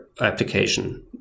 application